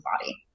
body